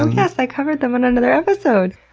um yes! i covered them in another episode!